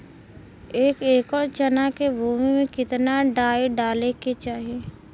एक एकड़ चना के भूमि में कितना डाई डाले के चाही?